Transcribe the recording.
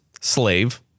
slave